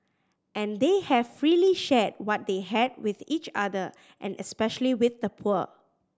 and they have freely shared what they had with each other and especially with the poor